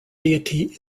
deity